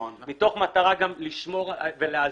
מתוך מטרה לשמור ולאזן,